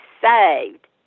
saved